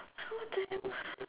like what the hell